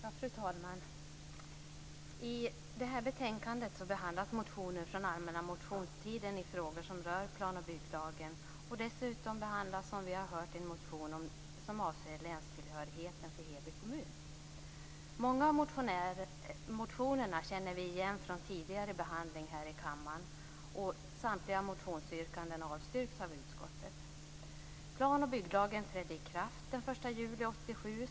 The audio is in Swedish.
Fru talman! I detta betänkande behandlas motioner från allmänna motionstiden i frågor som rör planoch bygglagen. Dessutom behandlas en motion som avser länstillhörigheten för Heby kommun. Många av motionerna känner vi igen från tidigare behandling i kammaren. Samtliga motionsyrkanden avstyrks av utskottet.